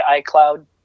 iCloud